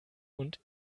und